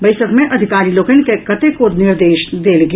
बैसक मे अधिकारी लोकनि के कतेको निर्देश देल गेल